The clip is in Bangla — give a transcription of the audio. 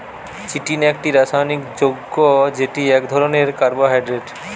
চিটিন একটি রাসায়নিক যৌগ্য যেটি এক ধরণের কার্বোহাইড্রেট